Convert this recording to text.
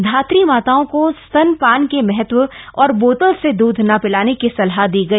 धात्री माताओं को स्तनपान के महत्व और बोतल से दृध न पिलाने की सलाह दी गई